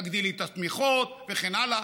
תגדילי את התמיכות וכן הלאה,